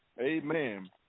Amen